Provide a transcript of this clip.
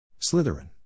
Slytherin